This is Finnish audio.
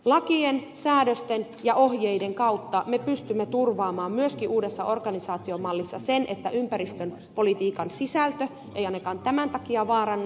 lakien säädösten ja ohjeiden kautta me pystymme turvaamaan myöskin uudessa organisaatiomallissa sen että ympäristön politiikan sisältö ei ainakaan tämän takia vaarannu